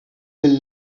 will